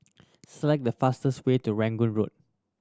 select the fastest way to Rangoon Road